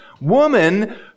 woman